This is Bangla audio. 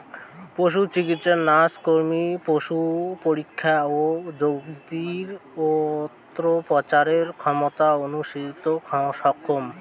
পশুচিকিৎসা নার্স ও কর্মী পশুর পরীক্ষা আর ক্ষুদিরী অস্ত্রোপচারের দক্ষতা অনুশীলনত সক্ষম